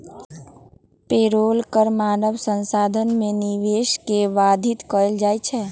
payroll कर मानव संसाधन में निवेश के बाधित करइ छै